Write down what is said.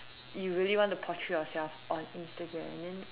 you really want to portray yourself on Instagram and then